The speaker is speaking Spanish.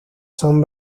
son